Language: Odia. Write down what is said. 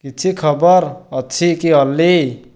କିଛି ଖବର ଅଛି କି ଅଲ୍ଲି